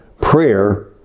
prayer